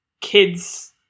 kids